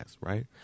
right